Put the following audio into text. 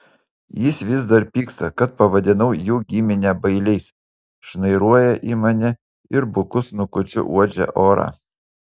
jis vis dar pyksta kad pavadinau jų giminę bailiais šnairuoja į mane ir buku snukučiu uodžia orą